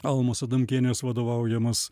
almos adamkienės vadovaujamas